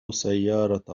سيارة